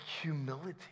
humility